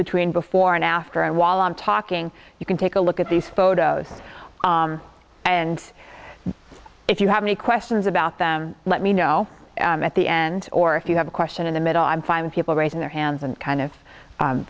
between before and after and while i'm talking you can take a look at these photos and if you have any questions about them let me know at the end or if you have a question in the middle i'm fine with people raising their hands and kind of